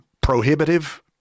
prohibitive